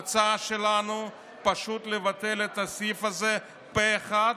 ההצעה שלנו היא פשוט לבטל את הסעיף הזה פה אחד,